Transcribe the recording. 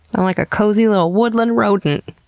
um like a cozy little woodland rodent.